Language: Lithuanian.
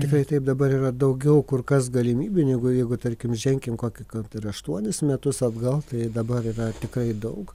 tikrai taip dabar yra daugiau kur kas galimybių negu jeigu tarkim ženkim kokį kad ir aštuonis metus atgal tai dabar yra tikrai daug